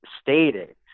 stated